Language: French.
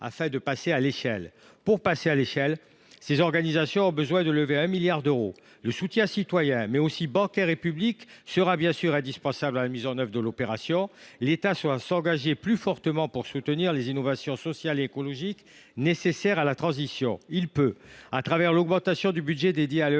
afin de passer à l’échelle. Pour cela, ces organisations ont besoin de lever 1 milliard d’euros. Le soutien citoyen, mais aussi bancaire et public sera indispensable à la mise en œuvre de l’opération. L’État doit s’engager plus fortement pour soutenir les innovations sociales et écologiques nécessaires à la transition. Il peut, à travers l’augmentation du budget consacré à l’ESS